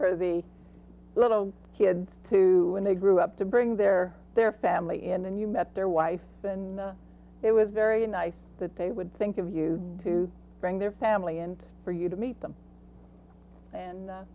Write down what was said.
for the little kids to when they grew up to bring their their family in and you met their wife and it was very nice that they would think of you to bring their family and for you to meet them and